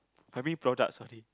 I mean product sorry